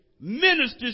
ministers